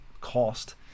cost